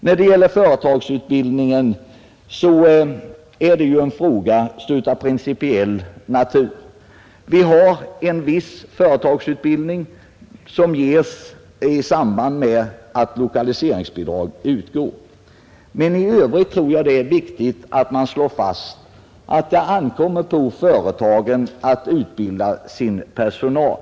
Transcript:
Frågan om företagsutbildningen är av principiell natur. Viss företagsutbildning ges i samband med att lokaliseringsbidrag utgår, men i övrigt är det viktigt att slå fast att det ankommer på företagen att utbilda sin personal.